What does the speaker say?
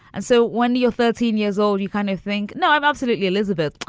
and so when you're thirteen years old, you kind of think, no, i'm absolutely elizabeth.